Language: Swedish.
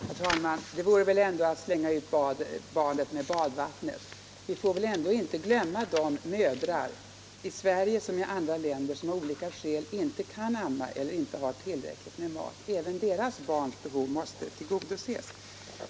Herr talman! Det vore väl ändå att slänga ut barnet med badvattnet. Vi får inte glömma de mödrar, i Sverige som i andra länder, som av olika skäl inte kan amma eller inte har tillräckligt med mjölk. Även deras barns behov måste tillgodoses.